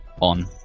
on